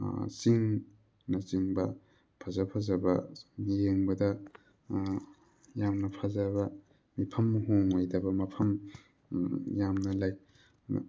ꯆꯤꯡ ꯅꯆꯤꯡꯕ ꯐꯖ ꯐꯖꯕ ꯌꯦꯡꯕꯗ ꯌꯥꯝꯅ ꯐꯖꯕ ꯃꯤꯠꯐꯝ ꯍꯣꯡꯉꯣꯏꯗꯕ ꯃꯐꯝ ꯌꯥꯝꯅ ꯂꯩ